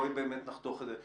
אז בואי באמת נחתוך את זה.